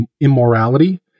immorality